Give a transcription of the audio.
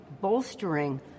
bolstering